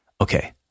Okay